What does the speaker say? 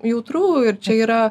jautru ir čia yra